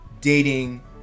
dating